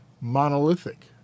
monolithic